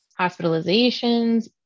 hospitalizations